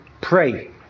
pray